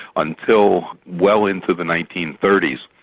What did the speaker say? until well into the nineteen thirty s.